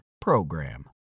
PROGRAM